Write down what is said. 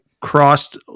crossed